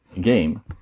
game